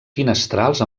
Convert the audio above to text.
finestrals